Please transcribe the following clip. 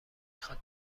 خواد